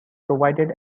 provided